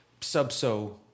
subso